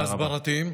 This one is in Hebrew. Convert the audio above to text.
ההסברתיים.